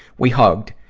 we hugged,